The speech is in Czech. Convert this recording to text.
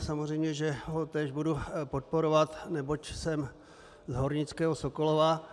Samozřejmě že ho též budu podporovat, neboť jsem z hornického Sokolova.